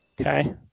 Okay